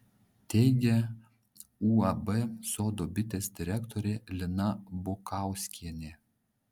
teigia uab sodo bitės direktorė lina bukauskienė